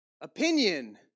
Opinion